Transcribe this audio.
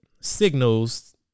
signals